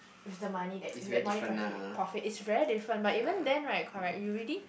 it's the money that it's the money profit profit it's very different but even then right correct you already